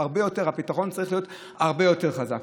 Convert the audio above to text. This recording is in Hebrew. הפתרון צריך להיות הרבה יותר חזק.